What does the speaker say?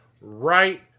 right